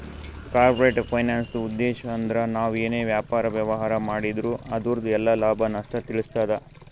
corporate ಫೈನಾನ್ಸ್ದುಉದ್ಧೇಶ್ ಅಂದ್ರ ನಾವ್ ಏನೇ ವ್ಯಾಪಾರ, ವ್ಯವಹಾರ್ ಮಾಡಿದ್ರು ಅದುರ್ದು ಎಲ್ಲಾ ಲಾಭ, ನಷ್ಟ ತಿಳಸ್ತಾದ